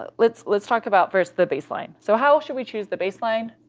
but let's let's talk about first the baseline. so how should we choose the baseline?